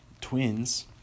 twins